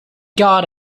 got